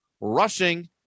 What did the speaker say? rushing